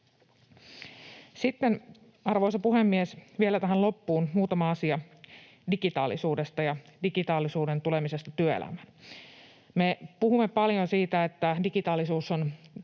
Sitten, arvoisa puhemies, vielä tähän loppuun muutama asia digitaalisuudesta ja digitaalisuuden tulemisesta työelämään. Me puhumme paljon siitä, että digitaalisuus on